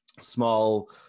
small